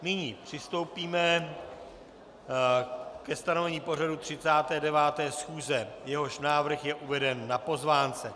Nyní přistoupíme ke stanovení pořadu 39. schůze, jehož návrh je uveden na pozvánce.